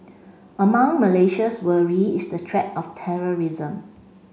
among Malaysia's worry is the threat of terrorism